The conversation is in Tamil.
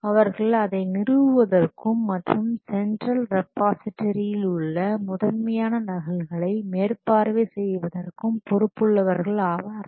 அவர்கள் அதை நிறுவுவதற்கும் மற்றும் சென்ட்ரல் ரிபோசிட்ரியில் உள்ள முதன்மையான நகல்களை மேற்பார்வை செய்வதற்கும் பொறுப்புள்ளவர்கள் ஆவார்கள்